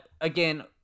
again